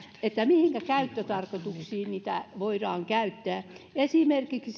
mihin käyttötarkoituksiin sitä voidaan käyttää turpeella esimerkiksi